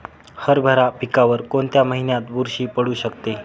हरभरा पिकावर कोणत्या महिन्यात बुरशी पडू शकते?